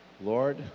Lord